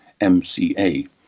MCA